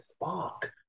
fuck